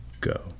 go